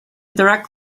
direct